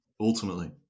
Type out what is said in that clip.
ultimately